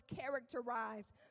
characterized